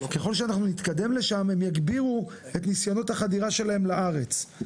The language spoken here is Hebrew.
ככל שנתקדם לשם הם יגבירו את ניסיונות החדירה שלהם לארץ,